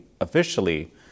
officially